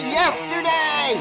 yesterday